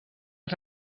els